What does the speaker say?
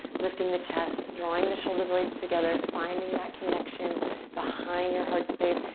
lifting the chest, drawing the shoulder blades together, finding that connection behind your heart space.